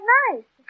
nice